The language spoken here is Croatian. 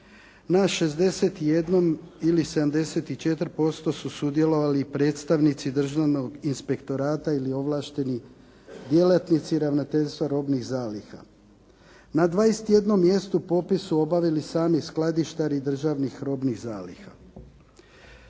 na 61 ili 74% su sudjelovali predstavnici državnog inspektorata ili ovlašteni djelatnici ravnateljstva robnih zaliha. Na 21 mjestu popis su obavili sami skladištari državnih robnih zaliha.